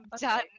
done